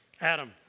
Adam